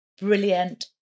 brilliant